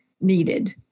needed